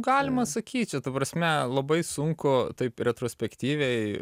galima sakyt čia ta prasme labai sunku taip retrospektyviai